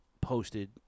posted